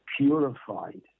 purified